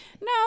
No